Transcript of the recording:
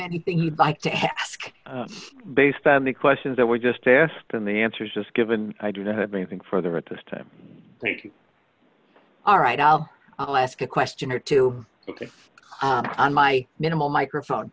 anything you'd like to ask based on the questions that were just asked in the answers just given i do not have anything further at this time all right i'll i'll ask a question or two get on my minimal microphone